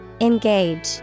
Engage